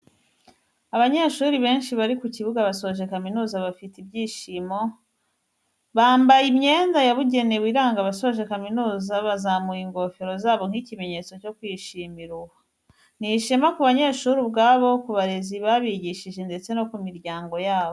Abanyeshuri benshi bari mu kibuga basoje kamizuza bafite ibyishimo, bambaye imyenda yabugenewe iranga abasoje kaminuza bazamuye ingofero zabo nk'ikimenyetso cyo kwishimira uwo, ni ishema ku banyeshuri ubwabo, ku barezi babigishije ndetse no ku miryango yabo.